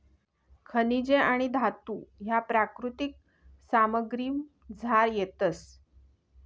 खनिजे आणि धातू ह्या प्राकृतिक सामग्रीमझार येतस